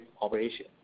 operation